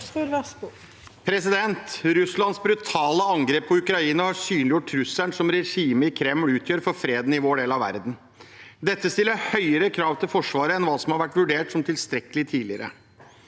Russlands brutale angrep på Ukraina har synliggjort trusselen som regimet i Kreml utgjør for freden i vår del av verden. Det stiller høyere krav til Forsvaret enn hva som har vært vurdert som tilstrekkelig tidligere.